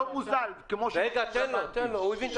לא מוזל אלא כמו שנותנים לבנקים.